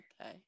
Okay